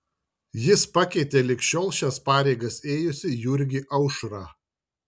jis pakeitė lig šiol šias pareigas ėjusį jurgį aušrą